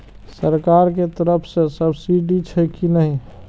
सरकार के तरफ से सब्सीडी छै कि नहिं?